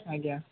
ଆଜ୍ଞା